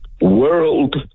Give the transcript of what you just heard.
world